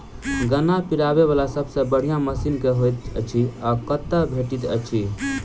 गन्ना पिरोबै वला सबसँ बढ़िया मशीन केँ होइत अछि आ कतह भेटति अछि?